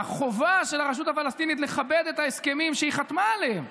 החובה של הרשות הפלסטינית לכבד את ההסכמים שהיא חתמה עליהם,